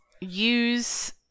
use